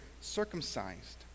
circumcised